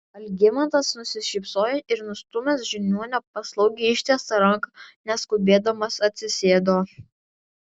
algimantas nusišypsojo ir nustūmęs žiniuonio paslaugiai ištiestą ranką neskubėdamas atsisėdo